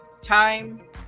time